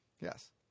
Yes